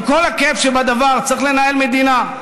עם כל הכאב שבדבר, צריך לנהל מדינה,